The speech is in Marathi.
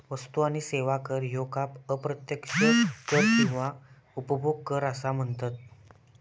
वस्तू आणि सेवा कर ह्येका अप्रत्यक्ष कर किंवा उपभोग कर असा पण म्हनतत